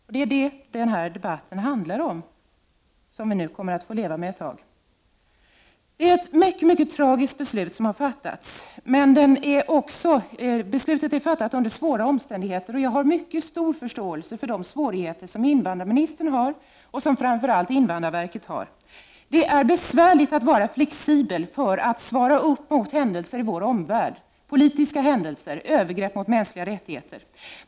Det är det denna debatt handlar om, och det kommer vi nu att få leva med ett tag. Det är ett mycket tragiskt beslut som har fattats. Det beslutet är fattat under svåra omständigheter. Jag har mycket stor förståelse för de svårigheter som invandrarministern och framför allt invandrarverket har. Det är besvärligt att vara flexibel för att svara upp mot händelser i vår omvärld — politiska händelser, övergrepp mot mänskliga rättigheter.